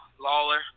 Lawler